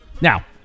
Now